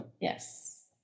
Yes